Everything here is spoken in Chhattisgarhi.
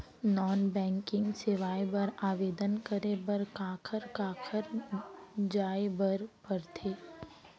नॉन बैंकिंग सेवाएं बर आवेदन करे बर काखर करा जाए बर परथे